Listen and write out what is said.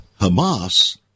Hamas